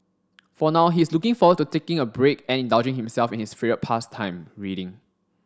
for now he is looking forward to taking a break and indulging himself in his favourite pastime reading